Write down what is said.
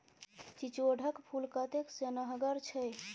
चिचोढ़ क फूल कतेक सेहनगर छै